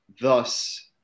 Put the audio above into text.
thus